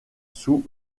sous